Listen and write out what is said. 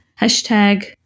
Hashtag